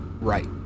right